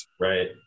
Right